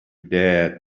dare